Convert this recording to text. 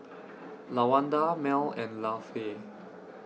Lawanda Mel and Lafe